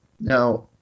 Now